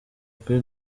kuri